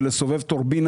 ולסובב טורבינה,